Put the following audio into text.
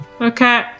Okay